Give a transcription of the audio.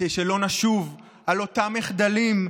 כדי שלא נשוב על אותם מחדלים,